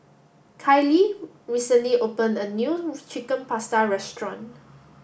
Kallie recently opened a new Chicken Pasta restaurant